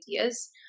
ideas